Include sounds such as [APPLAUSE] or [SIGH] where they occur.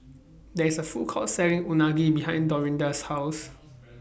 There's A Food Court Selling Unagi behind Dorinda's House [NOISE]